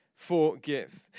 Forgive